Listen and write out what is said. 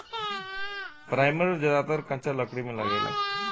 primer ज्यादातर कच्चा लकड़ी में लागेला